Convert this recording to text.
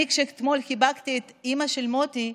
כשאתמול חיבקתי את אימא של מוטי,